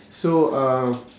so uh